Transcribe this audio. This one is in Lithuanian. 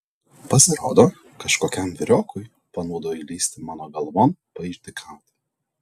pasirodo kažkokiam vyriokui panūdo įlįsti mano galvon paišdykauti